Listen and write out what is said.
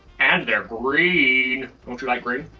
and they're green. don't you like green?